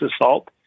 assault